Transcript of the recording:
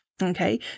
Okay